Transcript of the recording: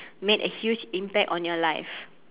made a huge impact on your life